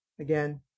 again